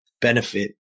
benefit